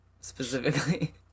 specifically